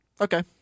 Okay